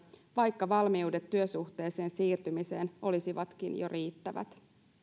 vaikka valmiudet työsuhteeseen siirtymiseen olisivatkin jo riittävät